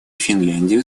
финляндию